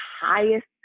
highest